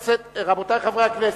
רבותי חברי הכנסת,